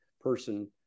person